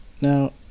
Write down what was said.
Now